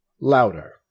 louder